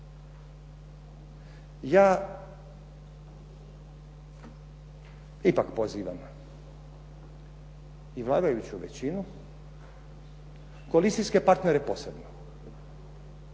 Ja ipak pozivam i vladajuću većinu, koalicijske partnere posebno,